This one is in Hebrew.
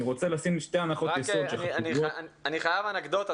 אני חייב אנקדוטה,